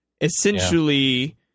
essentially